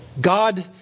God